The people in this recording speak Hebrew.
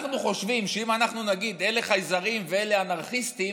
אנחנו חושבים שאם אנחנו נגיד: אלה חייזרים ואלה אנרכיסטים,